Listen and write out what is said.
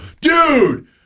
dude